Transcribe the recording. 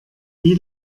wie